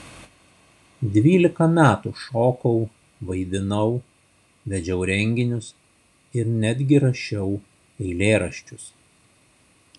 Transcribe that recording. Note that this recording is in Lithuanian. dvylika metų šokau vaidinau vedžiau renginius ir netgi rašiau eilėraščius